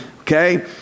Okay